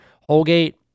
Holgate